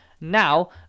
Now